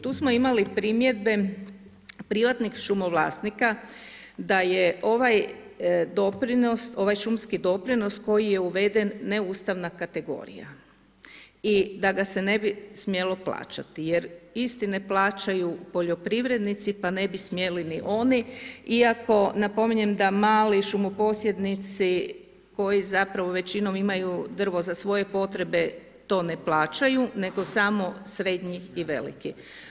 Tu smo imali primjedbe privatnih šumovlasnika da je ovaj šumski doprinos koji je uveden neustavna kategorija i da ga se ne bi smjelo plaćati jer isti ne plaćaju poljoprivrednici, pa ne bi smjeli ni oni iako napominjem da mali šumoposjednici koji zapravo većinom imaju drvo za svoje potrebe to ne plaćaju nego samo srednji i veliki.